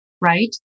right